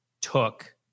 took